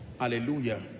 Hallelujah